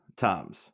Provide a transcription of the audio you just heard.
times